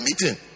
meeting